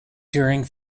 during